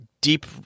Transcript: deep